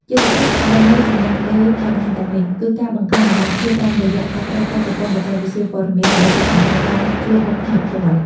យុទ្ធសាស្ត្រដើម្បីជំនះលើបញ្ហាទាំងនេះ គឺការបង្កើនតម្លាភាពតាមរយៈការប្រើប្រាស់ប្រព័ន្ធបច្ចេកវិទ្យាព័ត៌មានដើម្បីកាត់បន្ថយការជួបមុខគ្នាផ្ទាល់។